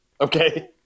Okay